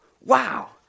wow